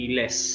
less